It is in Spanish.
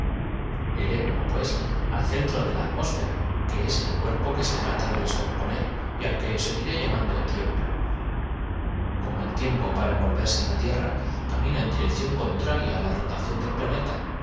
precaución pues al centro de la atmósfera que es el cuerpo que que el tiempo empieza á ejercer su influencia y a ve rificar su obra en primer se trata de descomponer y al que seguiré llamando lugar se adhieren a las tiempo como el tiempo para envolverse en la tierra paredes del bote unas moléculas que aglomeradas y camina en dirección contraria á la rotación del plane